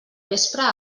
vespre